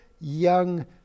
young